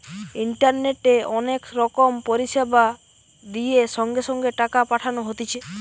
ইন্টারনেটে অনেক রকম পরিষেবা দিয়ে সঙ্গে সঙ্গে টাকা পাঠানো হতিছে